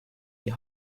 die